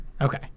okay